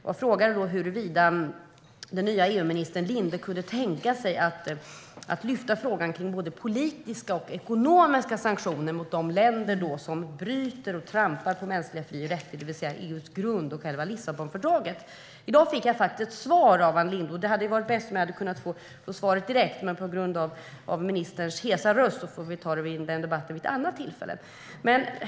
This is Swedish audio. Jag frågade huruvida den nya EU-ministern Linde kunde tänka sig att lyfta upp frågan om både politiska och ekonomiska sanktioner mot de länder som bryter mot och trampar på mänskliga fri och rättigheter, det vill säga EU:s grund och själva Lissabonfördraget. I dag fick jag faktiskt ett skriftligt svar av Ann Linde. Det hade varit bäst om jag hade kunnat få svaret direkt från henne nu. Men på grund av ministerns hesa röst får vi ta den debatten vid ett annat tillfälle.